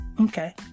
Okay